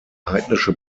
heidnische